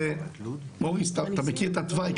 מוריס אתה מכיר את התוואי,